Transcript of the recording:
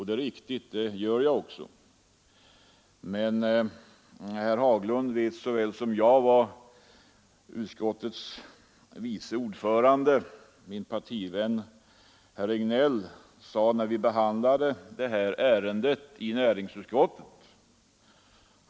Det är riktigt att jag är det, men herr Haglund vet lika väl som jag vad utskottets vice ordförande, min partivän herr Regnéll, sade då vi behandlade ärendet i näringsutskottet.